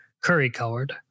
curry-colored